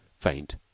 faint